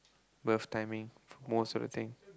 birth timing most of the thing